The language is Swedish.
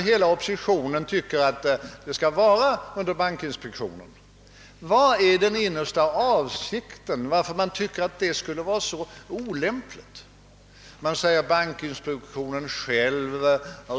Slutsatsen måste bli inte bara att vi skall ha lämpliga kreditinstitutioner utan också att vi skall ha tillräckligt med kapital att fördela.